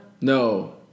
No